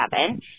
seven